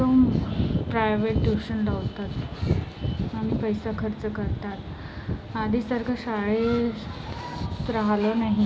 तुम private tuition लावतात आणि पैसा खर्च करतात आधीसारखं शाळेत राहिलं नाही